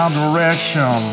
direction